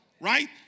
right